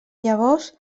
llavors